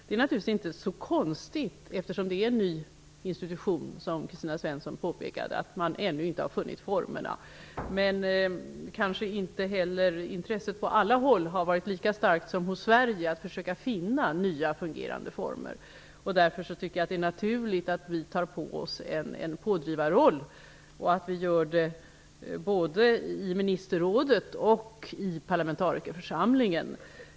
Det är inte så konstigt, eftersom det, som Kristina Svensson påpekade, är fråga om en ny organisation, att man ännu inte har funnit formerna för sitt arbete, men kanske har inte heller intresset på alla håll varit lika starkt som i Sverige för att finna nya och fungerande former. Jag tycker därför att det är naturligt att vi tar på oss en pådrivarroll, både i ministerrådet och i parlamentarikerförsamlingen.